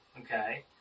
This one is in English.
okay